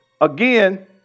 again